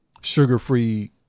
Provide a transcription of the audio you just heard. sugar-free